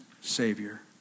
Savior